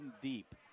deep